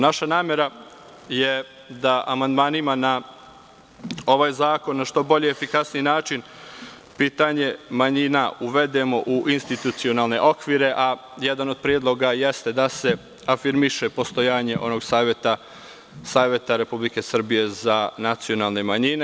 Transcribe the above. Naša namera je da amandmanima na ovaj zakon na što bolji i efikasniji način pitanje manjina uvedemo u institucionalne okvire, a jedan od predloga jeste da se afirmiše postojanje onog Saveta Republike Srbije za nacionalne manjine.